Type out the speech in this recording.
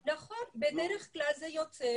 נכון, בדרך כלל זה יוצא